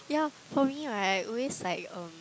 yea for me right I always like um